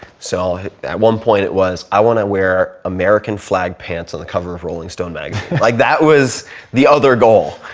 so one point it was, i want to wear american flag pants on the cover of rolling stone magazine. like that was the other goal.